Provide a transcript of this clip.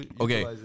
okay